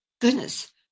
goodness